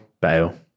Bale